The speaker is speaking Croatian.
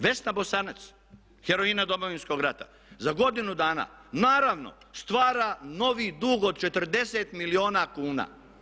Vesna Bosanac, heroina Domovinskog rata, za godinu dana, naravno stvara novi dug od 40 milijuna kuna.